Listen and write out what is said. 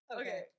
Okay